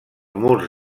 murs